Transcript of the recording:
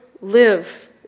live